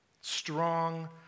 Strong